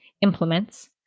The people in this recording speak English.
implements